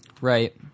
right